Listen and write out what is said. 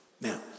Now